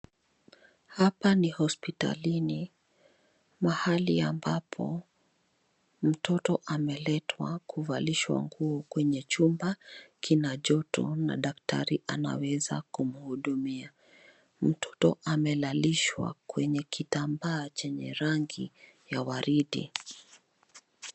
Hapa ni hospitalini mahali ambapo mtoto ameletwa kuvalishwa nguo kwenye chumba kina joto na daktari anaweza kumhudumia. Mtoto amelalishwa kwenye kitambaa chenye rangi ya waridi.